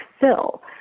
fill